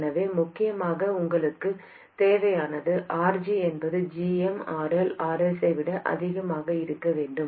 எனவே முக்கியமாக உங்களுக்கு தேவையானது RG என்பது gm RL Rs விட அதிகமாக இருக்க வேண்டும்